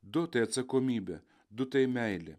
du tai atsakomybė du tai meilė